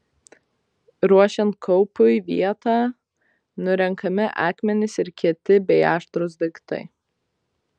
ruošiant kaupui vietą nurenkami akmenys ir kieti bei aštrūs daiktai